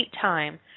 time